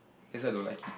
that's why I don't like it